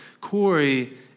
Corey